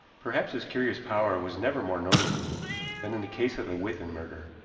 perhaps his curious power was never more noticeable than in the case of the withan murder.